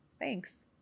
Thanks